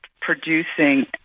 producing